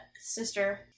sister